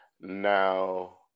Now